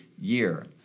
year